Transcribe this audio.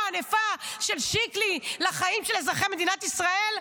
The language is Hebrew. הענפה של שיקלי לחיים של אזרחי מדינת ישראל?